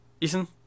Ethan